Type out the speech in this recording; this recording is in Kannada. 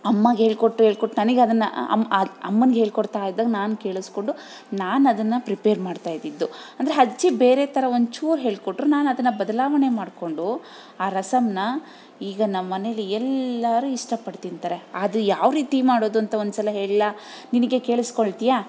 ಅಮ್ಮಗೆ ಹೇಳ್ಕೊಟ್ಟು ಹೇಳ್ಕೊಟ್ ನನಿಗೆ ಅದನ್ನು ಅಮ್ಮ ಅಮ್ಮನ್ಗೆ ಹೇಳ್ಕೊಡ್ತಾಯಿದ್ದಾಗ ನಾನು ಕೇಳಿಸ್ಕೊಂಡು ನಾನು ಅದನ್ನು ಪ್ರಿಪೇರ್ ಮಾಡ್ತಾಯಿದ್ದದ್ದು ಅಂದರೆ ಅಜ್ಜಿ ಬೇರೆ ಥರ ಒಂಚೂರು ಹೇಳಿಕೊಟ್ರು ನಾನು ಅದನ್ನು ಬದಲಾವಣೆ ಮಾಡಿಕೊಂಡು ಆ ರಸಮನ್ನ ಈಗ ನಮ್ಮ ಮನೆಲ್ಲಿ ಎಲ್ಲರೂ ಇಷ್ಟಪಟ್ಟು ತಿಂತಾರೆ ಅದು ಯಾವ ರೀತಿ ಮಾಡೋದು ಅಂತ ಒಂದ್ಸಲ ಹೇಳಲಾ ನಿನಗೆ ಕೇಳಿಸ್ಕೊಳ್ತಿಯಾ